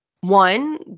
one